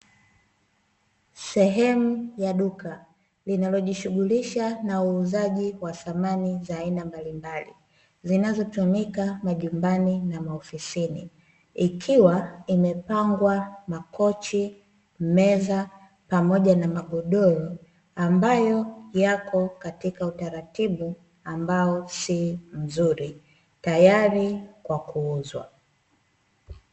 Sehemu ya duka linalojishughulisha na uuzaji wa samani za aina mbalimbali, zinazotumika majumbani na maofisini, ikiwa imepangwa makochi, meza pamoja na magodoro ambayo yako katika utaratibu ambao si mzuri tayari kwa kuuzwa.